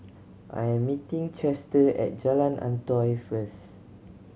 I'm meeting Chester at Jalan Antoi first